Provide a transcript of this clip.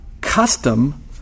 custom